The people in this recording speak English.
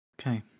okay